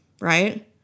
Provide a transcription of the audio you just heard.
right